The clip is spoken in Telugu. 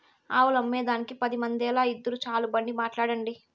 ఆవులమ్మేదానికి పది మందేల, ఇద్దురు చాలు బండి మాట్లాడండి